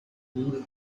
feel